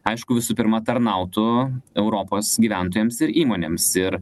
aišku visų pirma tarnautų europos gyventojams ir įmonėms ir